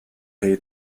tee